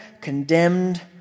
condemned